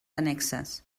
annexes